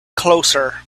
closer